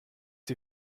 die